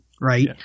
right